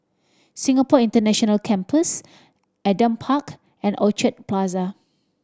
Singapore International Campus Adam Park and Orchard Plaza